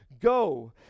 Go